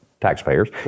taxpayers